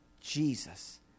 Jesus